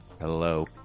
Hello